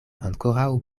ankoraŭ